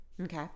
Okay